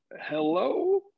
hello